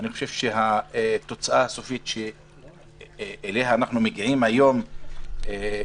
אני חושב שהתוצאה הסופית שאליה אנחנו מגיעים היום היא,